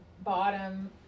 bottom